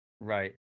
Right